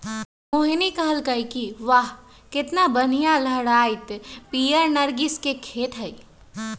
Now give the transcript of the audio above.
मोहिनी कहलकई कि वाह केतना बनिहा लहराईत पीयर नर्गिस के खेत हई